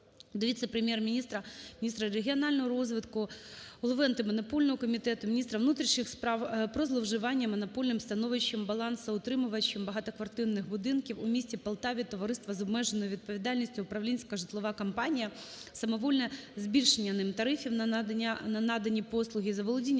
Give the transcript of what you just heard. - міністра регіонального розвитку, Голови Антимонопольного комітету, міністра внутрішніх справ про зловживання монопольним становищем балансоутримувачем багатоквартирних будинків у місті Полтаві – Товариства з обмеженою відповідальністю "Управлінська житлова компанія", самовільне збільшення ним тарифів за надані послуги, заволодіння